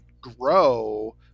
grow